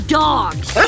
dogs